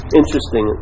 interesting